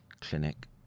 clinic